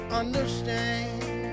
understand